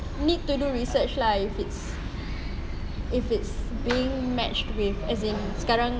need to do research lah if it's if it's being matched with as in sekarang